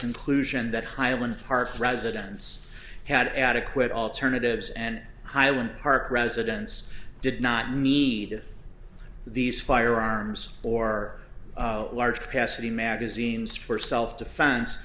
conclusion that highland park residents had adequate alternatives and highland park residents did not need these firearms or large capacity magazines for self defen